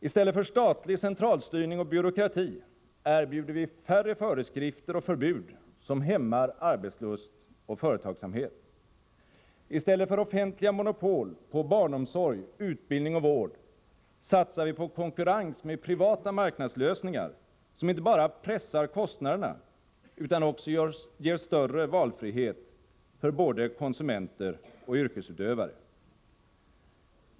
I stället för statlig centralstyrning och byråkrati erbjuder vi färre föreskrifter och förbud som hämmar arbetslust och företagsamhet. I stället för offentliga monopol på barnomsorg, utbildning och vård satsar vi på konkurrens med privata marknadslösningar, som inte bara pressar kostnaderna utan också ger större valfrihet för både konsumenter och yrkesutövare.